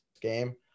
game